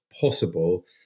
possible